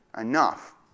enough